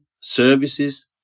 services